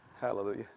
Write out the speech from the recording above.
hallelujah